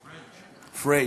פריג'.